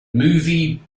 movie